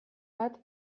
bat